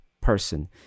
person